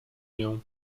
nią